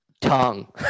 tongue